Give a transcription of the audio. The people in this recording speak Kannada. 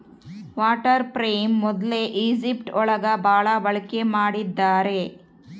ವಾಟರ್ ಫ್ರೇಮ್ ಮೊದ್ಲು ಈಜಿಪ್ಟ್ ಒಳಗ ಭಾಳ ಬಳಕೆ ಮಾಡಿದ್ದಾರೆ